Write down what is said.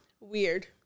Weird